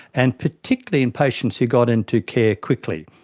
and particularly in patients who got into care quickly.